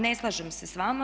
Ne slažem se sa vama.